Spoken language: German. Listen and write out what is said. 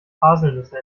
haselnüsse